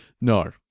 No